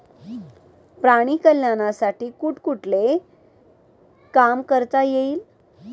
प्राणी कल्याणासाठी कुठले कुठले काम करता येईल?